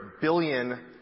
billion